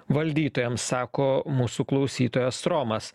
valdytojams sako mūsų klausytojas romas